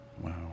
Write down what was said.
Wow